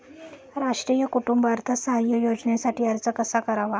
राष्ट्रीय कुटुंब अर्थसहाय्य योजनेसाठी अर्ज कसा करावा?